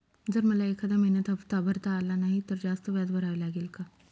जर मला एखाद्या महिन्यात हफ्ता भरता आला नाही तर जास्त व्याज भरावे लागेल का?